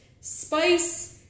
spice-